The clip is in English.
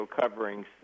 coverings